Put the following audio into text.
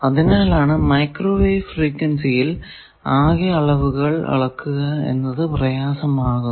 അതിനാലാണ് മൈക്രോവേവ് ഫ്രീക്വൻസിയിൽ ആകെ അളവുകൾ അളക്കുക എന്നത് പ്രയാസമാകുന്നത്